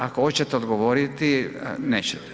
Ako hoćete odgovoriti, nećete.